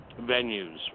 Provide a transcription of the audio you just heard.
venues